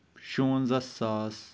شُوَنزاہ ساس